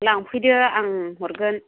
लांफैदो आं हरगोन